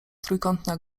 trójkątna